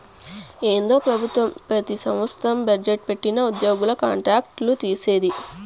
ఏందో పెబుత్వం పెతి సంవత్సరం బజ్జెట్ పెట్టిది ఉద్యోగుల కాంట్రాక్ట్ లు తీసేది